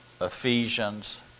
Ephesians